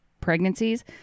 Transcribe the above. pregnancies